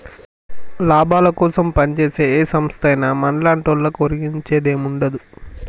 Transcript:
లాభాలకోసం పంజేసే ఏ సంస్థైనా మన్లాంటోళ్లకు ఒరిగించేదేముండదు